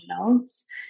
notes